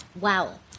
Wow